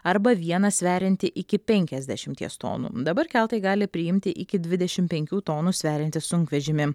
arba vieną sveriantį iki penkiasdešimties tonų dabar keltai gali priimti iki dvidešimt penkių tonų sveriantį sunkvežimį